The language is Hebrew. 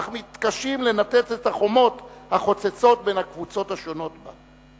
אך מתקשים לנתץ את החומות החוצצות בין הקבוצות השונות בה.